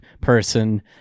person